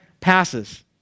passes